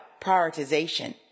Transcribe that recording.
prioritization